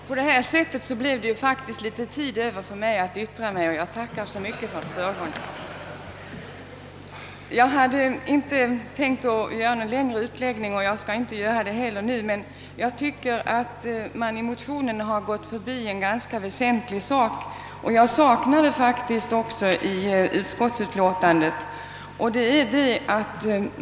Herr talman! På detta sätt blev det faktiskt litet tid över för mig att yttra mig, och jag tackar så mycket för förmånen. Jag hade inte tänkt att göra någon längre utläggning och jag skall inte heller göra det nu. I motionen har man emellertid gått förbi en väsentlig fråga, och jag saknar den faktiskt även i utskottsutlåtandet.